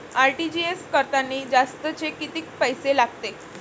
RTGS करतांनी जास्तचे कितीक पैसे लागते?